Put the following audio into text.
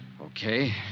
Okay